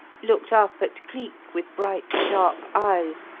looked up at cleek with bright, sharp eyes,